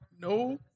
No